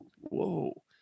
Whoa